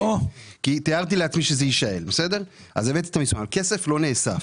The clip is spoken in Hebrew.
כי תיארתי לעצמי שזה ישאל כסף לא נאסף.